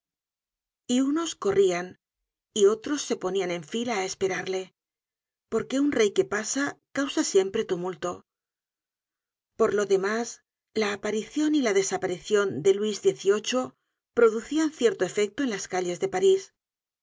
y unos corrían y otros se ponian en fila á esperarle porque un rey que pasa causa siempre tumulto por lo demás la aparicion y la desaparicion de luis xviii producian cierto efecto en las calles de parís